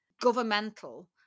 governmental